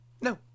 No